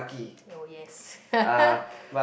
oh yes